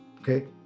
okay